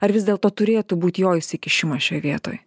ar vis dėlto turėtų būt jo įsikišimas šioj vietoj